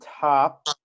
top